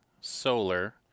solar